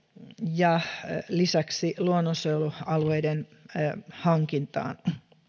ja lisäksi luonnonsuojelualueiden hankintaan